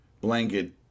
Blanket